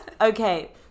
okay